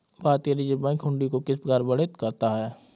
भारतीय reserve bank हुंडी को किस प्रकार वर्णित करता है?